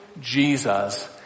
Jesus